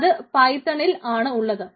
അത് പൈത്തണിൽ ആണ് ഉള്ളത്